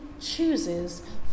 chooses